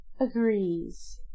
agrees